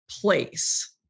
place